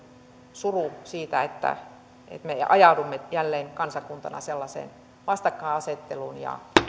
suru siitä että me ajaudumme jälleen kansakuntana sellaiseen vastakkainasetteluun ja